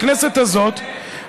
הכנסת הזאת,